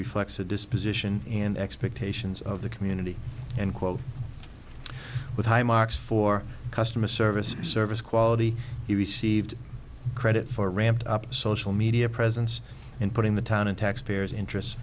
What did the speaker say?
reflects a disposition and expectations of the community and quote with high marks for customer service service quality he received credit for ramped up social media presence in putting the town in taxpayers interests